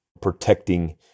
protecting